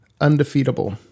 undefeatable